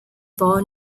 four